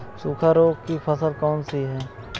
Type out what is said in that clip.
सूखा रोग की फसल कौन सी है?